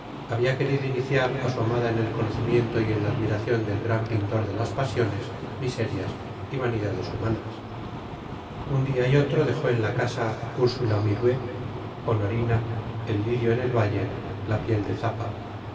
había querido iniciar a su amada en el conocimiento y en la admiración del gran pintor de las pasiones miserias y vanidades humanas un día y otro dejó en la casa úrsula mirouet honorina el lirio en el valle la piel